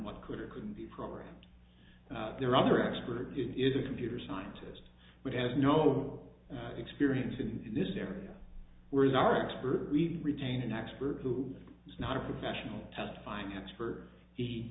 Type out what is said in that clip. what could or couldn't be programmed there are other expert is a computer scientist but has no experience in this area where is our expert read retain an expert who is not a professional testifying expert he